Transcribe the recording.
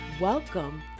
Welcome